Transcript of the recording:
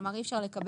כלומר, אי אפשר לקבל